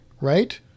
Right